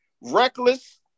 reckless